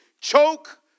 choke